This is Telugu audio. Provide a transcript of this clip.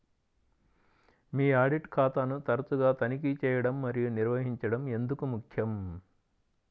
మీ ఆడిట్ ఖాతాను తరచుగా తనిఖీ చేయడం మరియు నిర్వహించడం ఎందుకు ముఖ్యం?